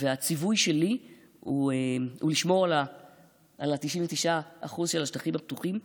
הציווי שלי הוא לשמור על ה-99% של השטחים הפתוחים.